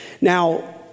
Now